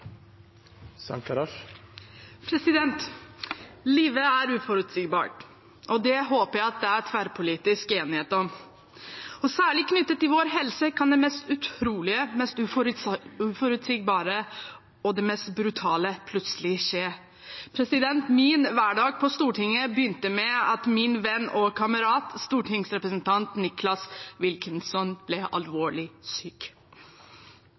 vår helse kan det mest utrolige, det mest uforutsigbare og det mest brutale plutselig skje. Min hverdag på Stortinget begynte med at min venn og kamerat, stortingsrepresentant Nicholas Wilkinson, ble alvorlig syk.